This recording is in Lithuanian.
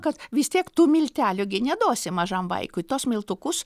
kad vis tiek tų miltelių gi neduosi mažam vaikui tuos miltukus